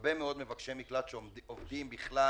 הרבה מאוד מבקשי מקלט שעובדים בכלל